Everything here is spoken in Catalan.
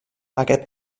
aquest